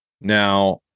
Now